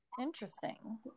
Interesting